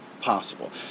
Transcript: possible